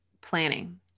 planning